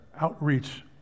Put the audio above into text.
outreach